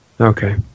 Okay